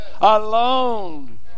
Alone